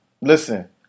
Listen